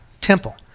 temple